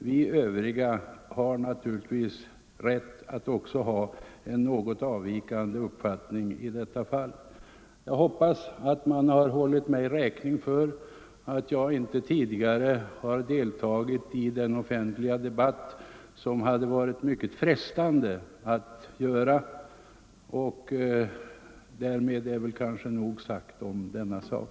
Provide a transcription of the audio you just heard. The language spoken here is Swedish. Vi övriga har naturligtvis också rätt att ha en något avvikande uppfattning i detta fall. Jag hoppas att man har hållit mig räkning för att jag inte tidigare deltagit i en offentlig debatt härom, vilket hade varit mycket frestande att göra. Därmed är väl nog sagt i denna sak.